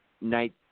Night